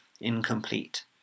incomplete